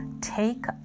take